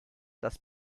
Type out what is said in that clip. das